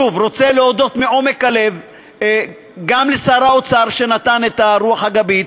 אני רוצה להודות מעומק הלב גם לשר האוצר שנתן את הרוח הגבית,